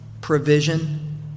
provision